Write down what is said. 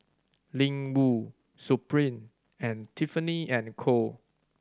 Ling Wu Supreme and Tiffany and Co